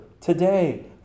today